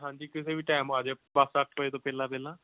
ਹਾਂਜੀ ਕਿਸੇ ਵੀ ਟਾਈਮ ਆ ਜਿਓ ਬਸ ਅੱਠ ਵਜੇ ਤੋਂ ਪਹਿਲਾਂ ਪਹਿਲਾਂ